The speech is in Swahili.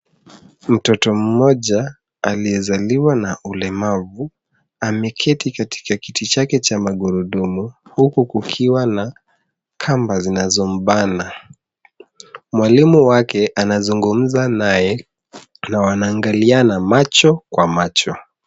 Mtoto mmoja aliyezaliwa na ulemavu ameketi katika kiti chake cha magurudumu huku kukiwa na kamba zinazombana, Mwalimu wake anazungumza naye na wanaangaliana macho kwa macho.